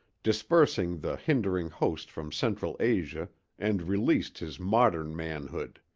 dispersed the hindering host from central asia and released his modern manhood.